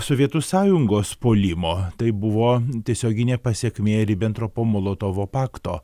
sovietų sąjungos puolimo tai buvo tiesioginė pasekmė ribentropo molotovo pakto